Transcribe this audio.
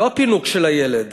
לא הפינוק של הילד.